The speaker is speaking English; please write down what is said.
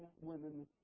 women